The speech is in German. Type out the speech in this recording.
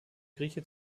grieche